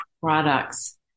products